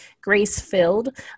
grace-filled